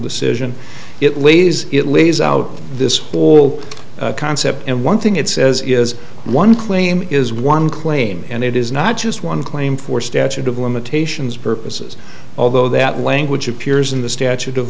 decision it lays it lays out this whole concept and one thing it says is one claim is one claim and it is not just one claim for statute of limitations purposes although that language appears in the statute of